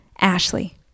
Ashley